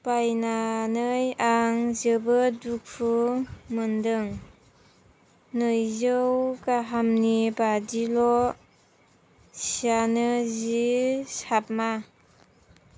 बायनानै आं जोबोद दुखु मोन्दों नैजौ गाहामनि बादिल' सियानो जि साबा